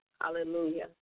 Hallelujah